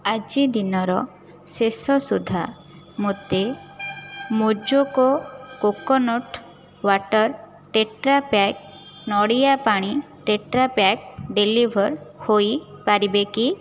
ଆଜି ଦିନର ଶେଷ ସୁଦ୍ଧା ମୋତେ ମୋଜୋକୋ କୋକୋନଟ୍ ୱାଟର୍ ଟେଟ୍ରାପ୍ୟାକ୍ ନଡ଼ିଆ ପାଣି ଟେଟ୍ରାପ୍ୟାକ୍ ଡେଲିଭର୍ ହୋଇପାରିବେ କି